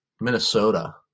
Minnesota